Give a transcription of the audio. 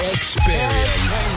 experience